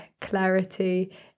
clarity